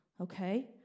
okay